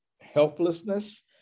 helplessness